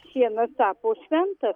šienas tapo šventas